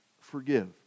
forgive